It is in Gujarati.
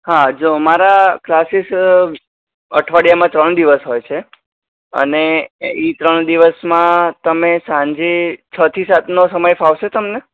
હા જો મારા ક્લાસીસ અઠવાડિયામાં ત્રણ દિવસ હોય છે અને એ ત્રણ દિવસમાં તમે સાંજે છથી સાતનો સમય ફાવશે તમને